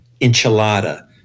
enchilada